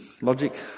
logic